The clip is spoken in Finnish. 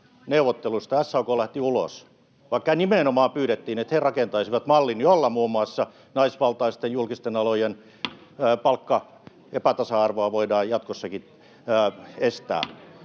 neuvotteluista SAK lähti ulos, vaikka nimenomaan pyydettiin, että he rakentaisivat mallin, jolla muun muassa naisvaltaisten julkisten alojen palkkaepätasa-arvoa voidaan jatkossakin estää.